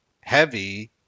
heavy